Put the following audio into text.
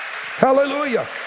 Hallelujah